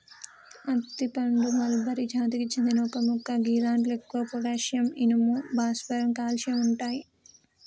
అత్తి పండు మల్బరి జాతికి చెందిన ఒక మొక్క గిదాంట్లో ఎక్కువగా పొటాషియం, ఇనుము, భాస్వరం, కాల్షియం ఉంటయి